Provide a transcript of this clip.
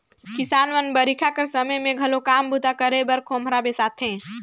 किसान मन बरिखा कर समे मे घलो काम बूता करे बर खोम्हरा बेसाथे